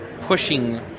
pushing